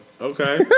Okay